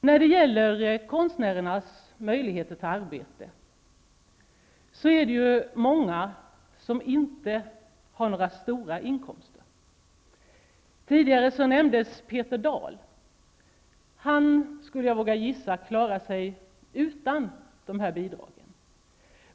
När det gäller konstnärernas möjligheter till arbete, så är det ju många som inte har några stora inkomster. Tidigare nämndes Peter Dahl. Han klarar sig, vågar jag gissa, utan de här bidragen.